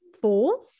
four